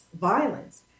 violence